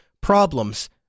problems